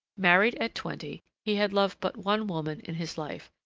married at twenty, he had loved but one woman in his life,